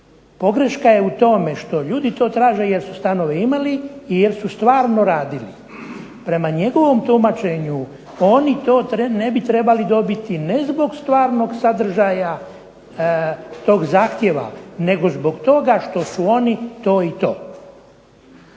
Pogreška je u tome što ljudi to traže jer su stanove imali i jer su stvarno radili. Prema njegovom tumačenju, oni to ne bi trebali dobiti ne zbog stvarnog sadržaja tog zahtjeva nego zbog toga što su oni to i to.